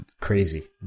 crazy